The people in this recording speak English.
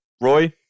Roy